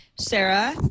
Sarah